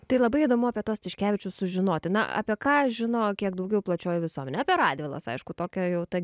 tai labai įdomu apie tuos tiškevičius sužinoti na apie ką žino kiek daugiau plačioji visuomenė apie radvilas aišku tokia jau ta